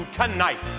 tonight